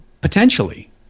potentially